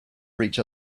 reach